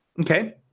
okay